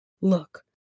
Look